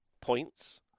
points